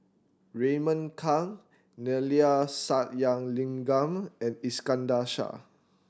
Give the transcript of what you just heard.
Raymond Kang Neila Sathyalingam and Iskandar Shah